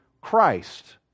Christ